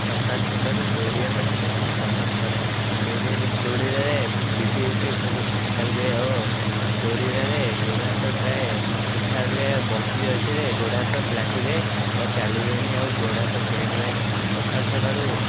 ସଖାଳୁ ସଖାଳୁ ଦଉଡ଼ିବା ପାଇଁ ମୁଁ ବହୁତ ପସନ୍ଦ କରେ ଦୌଡ଼ିଲେ ବି ପି ଫିପି ସବୁ ଠିକ୍ ଠାକ୍ ରୁହେ ଓ ଦୌଡ଼ିବାରେ ଗୋଡ଼ ହାତ ପ୍ରାୟ ଠିକ୍ ଠାକ୍ ରୁହେ ବସି ରହିଥିଲେ ଗୋଡ଼ହାତ ଲାଖିଯାଏ ଓ ଆଉ ଚାଲି ହୁଏନି ଗୋଡ଼ହାତ ପେନ୍ ହୁଏ ସଖାଳୁ ସଖାଳୁ